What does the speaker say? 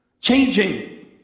Changing